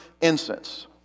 incense